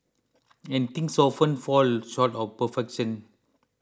and things often fall short of perfection